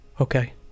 Okay